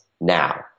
now